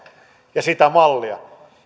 ja sitä